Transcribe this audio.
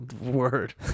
word